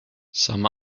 some